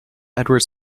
edward